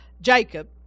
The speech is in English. Jacob